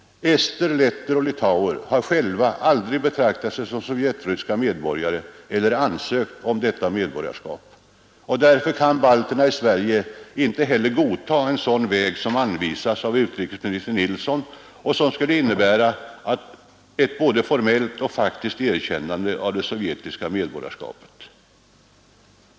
Esterna, letterna och litauerna har själva aldrig betraktat sig som sovjetryska medborgare eller ansökt om detta medborgarskap. Därför kan balterna i Sverige icke heller godta en sådan väg som anvisats av utrikesminister Nilsson och som skulle innebära ett både formellt och faktiskt erkännande av det sovjetiska medborgarskapet. 2.